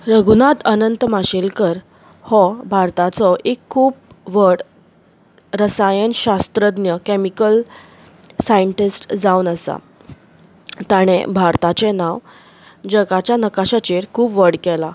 रघुनाथ अनंत माशेलकर हो भारताचो खूब व्हड रसायनशास्त्रज्ञ केमिकल सायंटिस्ट जावन आसा ताणें भारताचें नांव जगाच्या नकाश्याचेर खूब व्हड केला